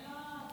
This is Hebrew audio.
אני לא.